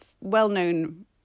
well-known